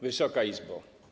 Wysoka Izbo!